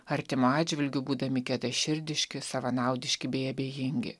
artimo atžvilgiu būdami gedaširdiški savanaudiški bei abejingi